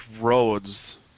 roads